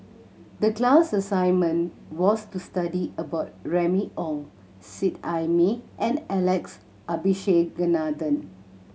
the class assignment was to study about Remy Ong Seet Ai Mee and Alex Abisheganaden